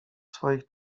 swoich